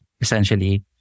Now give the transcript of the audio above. essentially